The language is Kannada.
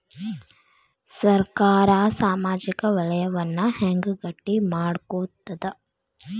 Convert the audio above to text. ಸರ್ಕಾರಾ ಸಾಮಾಜಿಕ ವಲಯನ್ನ ಹೆಂಗ್ ಗಟ್ಟಿ ಮಾಡ್ಕೋತದ?